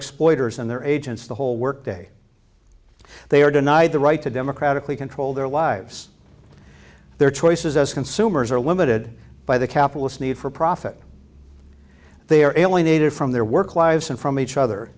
exploiters and their agents the whole work day they are denied the right to democratically control their lives their choices as consumers are limited by the capitalist need for profit they are alienated from their work lives and from each other